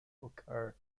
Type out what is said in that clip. occur